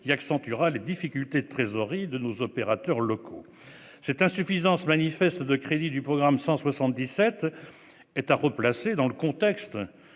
qui accentuera les difficultés de trésorerie des opérateurs locaux. Cette insuffisance manifeste des crédits du programme 177 est à replacer dans le contexte